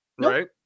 right